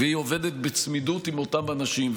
והיא עובדת בצמידות עם אותם אנשים.